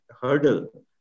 hurdle